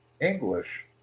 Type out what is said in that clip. English